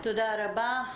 תודה רבה.